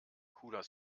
cooler